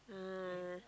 ah